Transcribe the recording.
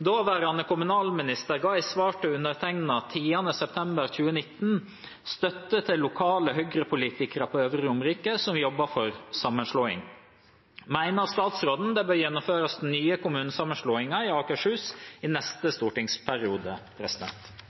Daværende kommunalminister ga i svar til undertegnede 10. september 2019 støtte til lokale Høyre-politikere på Øvre Romerike som jobber for sammenslåing. Mener statsråden det bør gjennomføres nye kommunesammenslåinger i Akershus i neste stortingsperiode?»